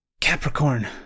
Capricorn